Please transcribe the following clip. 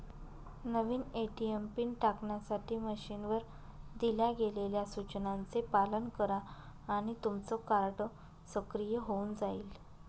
नवीन ATM PIN टाकण्यासाठी मशीनवर दिल्या गेलेल्या सूचनांचे पालन करा आणि तुमचं कार्ड सक्रिय होऊन जाईल